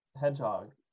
hedgehog